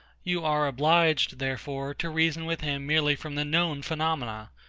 you are obliged, therefore, to reason with him merely from the known phenomena,